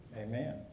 Amen